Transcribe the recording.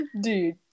dude